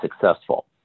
successful